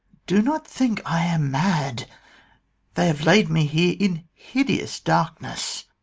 do not think i am mad they have laid me here in hideous darkness.